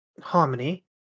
Harmony